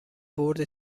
برد